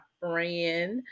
friend